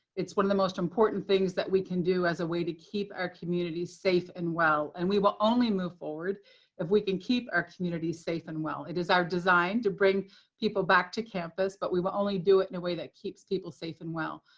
it's one of the most important things that we can do as a way to keep our communities safe and well. and we will only move forward if we can keep our communities safe and well. it is our design to bring people back to campus, but we will only do it in a way that keeps people safe and well.